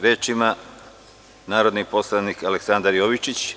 Reč ima narodni poslanik Aleksandar Jovičić.